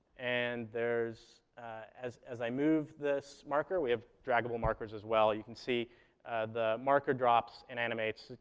and there's as as i move this marker, we have draggable markers as well. you can see the marker drops and animates.